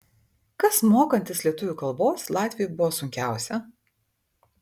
kas mokantis lietuvių kalbos latviui buvo sunkiausia